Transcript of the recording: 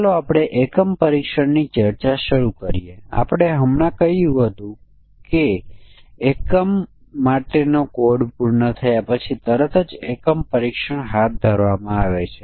જો તમે તેના વિશે વિચારો તો આપણે કહ્યું હતું કે આપણે દૃશ્યો ધ્યાનમાં લેવાની જરૂર છે અને દૃશ્યો શું હશે દૃશ્યો એ હશે કે રુટ એક સંયોગ છે